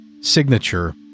signature